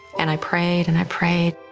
and i prayed and i prayed.